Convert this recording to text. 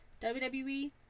WWE